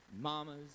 mamas